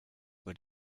were